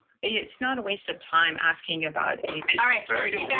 it's not a waste of time asking about all right,